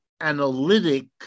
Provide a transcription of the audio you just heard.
analytic